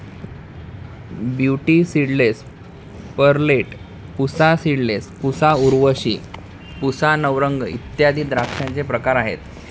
beauty seedless, Perlette, Pusa seedless, Pusa Urvashi, Pusa Navrang इत्यादी द्राक्षांचे प्रकार आहेत